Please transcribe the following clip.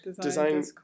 design